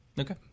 okay